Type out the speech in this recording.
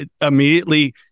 immediately